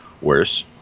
worse